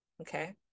Okay